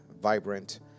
vibrant